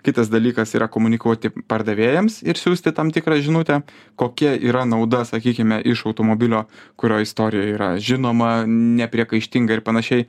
kitas dalykas yra komunikuoti pardavėjams ir siųsti tam tikrą žinutę kokia yra nauda sakykime iš automobilio kurio istorija yra žinoma nepriekaištinga ir panašiai